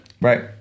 Right